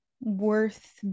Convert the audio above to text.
worth